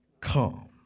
Come